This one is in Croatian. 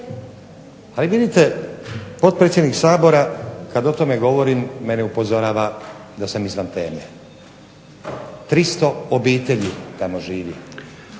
Ali vidite, potpredsjednik Sabora kad o tome govorim mene upozorava da sam izvan teme. 300 obitelji tamo živi.